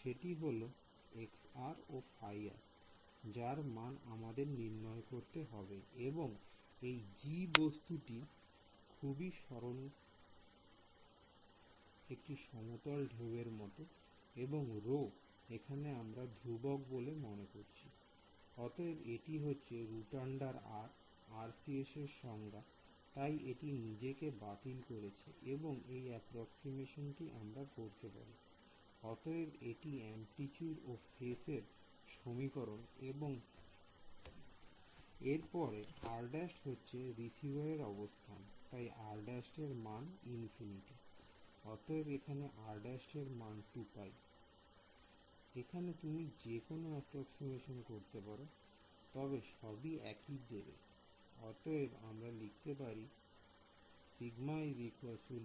সেটি হল ও যার মান আমাদের নির্ণয় করতে হবে এবং এই g বস্তুটি খুবই স্মরণ একটি সমতল ঢেউয়ের মতন এবং ρ এখানে আমরা ধ্রুবক বলে মনে করছি I অতএব এটি হচ্ছে √R RCS এর সংজ্ঞা I তাই এটি নিজেকে বাতিল করছে এবং এই অ্যাপ্রক্সিমেশন টি আমরা করতে পারি I অতএব এটি অ্যামপ্লিচিউড ও ফেস এর সমীকরণ এবং এরপরে r ′ হচ্ছে রিসিভারের অবস্থান তাই r ′ এর মান ইনফিনিটি I অতএব এখানে r ′ এর মান 2π I এখানে তুমি যেকোনো অ্যাপ্রক্সিমেশন করতে পারো তবে সবি একি দেবে I অতএব আমরা লিখতে পারি এর কারণ